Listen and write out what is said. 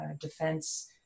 defense